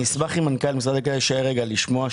אני אשמח אם מנכ"ל משרד הקליטה יישאר רגע לשמוע,